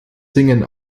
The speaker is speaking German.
singen